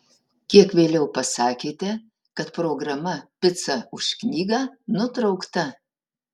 kiek vėliau pasakėte kad programa pica už knygą nutraukta